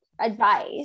advice